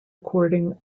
recording